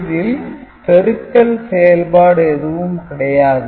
இதில் பெருக்கல் செயல்பாடு எதுவும் கிடையாது